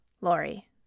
Lori